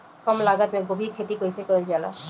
कम लागत मे गोभी की खेती कइसे कइल जाला?